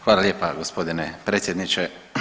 Hvala lijepa g. predsjedniče.